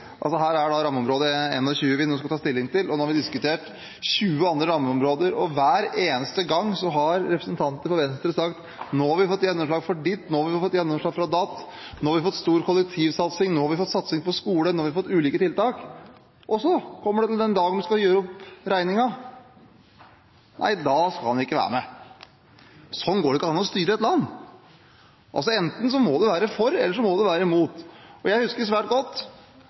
da rammeområde 21 vi skal ta stilling til. Vi har diskutert 20 andre rammeområder og hver eneste gang har representanter fra Venstre sagt at nå har vi fått gjennomslag for ditt, nå har vi fått gjennomslag for datt, nå har vi fått stor kollektivsatsing, nå har vi fått satsing på skole, nå har vi fått ulike tiltak, og så kommer det til den dagen man skal gjøre opp regningen – nei, da skal man ikke være med. Sånn går det ikke an å styre et land. Enten må man være for, eller så må man være mot. Jeg husker svært godt